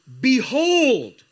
behold